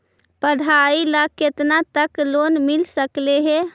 पढाई ल केतना तक लोन मिल सकले हे?